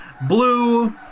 Blue